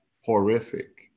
horrific